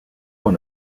one